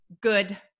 good